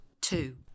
two